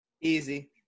Easy